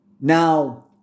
Now